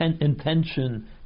intention